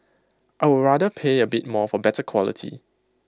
I would rather pay A bit more for better quality